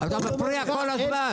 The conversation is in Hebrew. אתה מפריע כל הזמן.